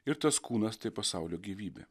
ir tas kūnas tai pasaulio gyvybė